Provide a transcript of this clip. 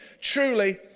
truly